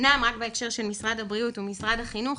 אמנם רק בהקשר של משרד הבריאות ומשרד החינוך,